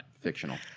fictional